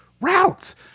routes